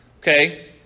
Okay